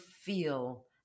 feel